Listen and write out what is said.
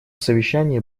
совещании